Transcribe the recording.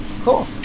cool